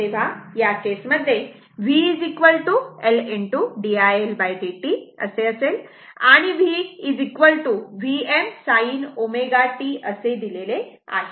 तेव्हा या केसमध्ये V L d iLdt असेल आणि V Vm sin ω t असे दिलेले आहे